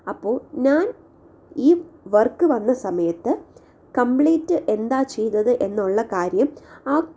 അപ്പോൾ ഞാൻ ഈ വർക്ക് വന്ന സമയത്ത് കംപ്ലീറ്റ് എന്താ ചെയ്തത് എന്നുള്ള കാര്യം ആ